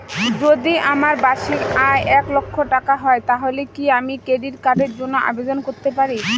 যদি আমার বার্ষিক আয় এক লক্ষ টাকা হয় তাহলে কি আমি ক্রেডিট কার্ডের জন্য আবেদন করতে পারি?